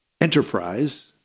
enterprise